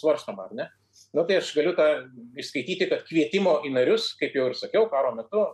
svarstoma ar ne nu tai aš galiu tą įskaityti kad kvietimo į narius kaip jau ir sakiau karo metu